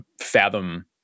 fathom